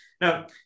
Now